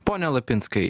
pone lapinskai